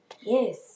Yes